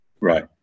Right